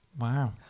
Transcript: Wow